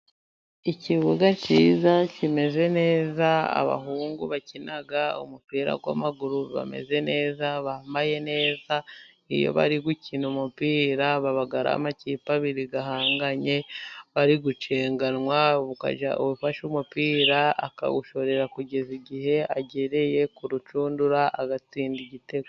Ikibuga cyiza kimeze neza, abahungu bakina umupira w'amaguru bameze neza ,bambaye neza iyo bari gukina umupira ,baba ari amakipe abiri ahanganye bari gucenganwa ,ufashe umupira akawushorera kugeza igihe agereye ku rucundura ,agatsinda igitego.